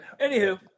Anywho